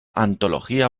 antología